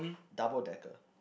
double-decker